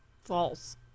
False